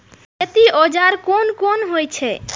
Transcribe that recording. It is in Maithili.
खेती औजार कोन कोन होई छै?